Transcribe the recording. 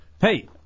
Hey